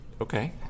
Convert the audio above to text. Okay